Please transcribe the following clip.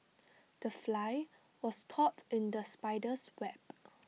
the fly was caught in the spider's web